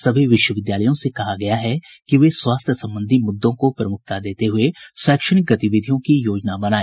सभी विश्वविद्यालयों से कहा गया है कि वे स्वास्थ्य संबंधी मुद्दों को प्रमुखता देते हुये शैक्षिक गतिविधियों की योजना बनाए